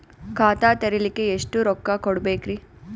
ಖಾತಾ ತೆರಿಲಿಕ ಎಷ್ಟು ರೊಕ್ಕಕೊಡ್ಬೇಕುರೀ?